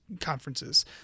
conferences